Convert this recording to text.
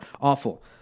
Awful